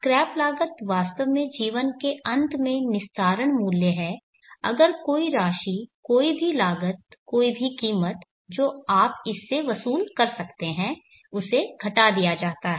scrap लागत वास्तव में जीवन के अंत में निस्तारण मूल्य है अगर कोई राशि कोई भी लागत कोई भी कीमत है जो आप इससे वसूल कर सकते हैं उसे घटा दिया जाता है